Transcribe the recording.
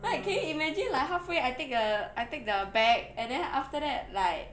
like can you imagine like halfway I take the I take the bag and then after that like